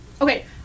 Okay